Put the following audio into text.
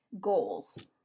goals